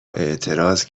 اعتراض